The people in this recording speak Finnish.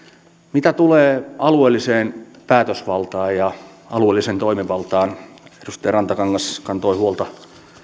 mitä tulee alueelliseen päätösvaltaan ja alueelliseen toimivaltaan edustaja rantakangas kantoi huolta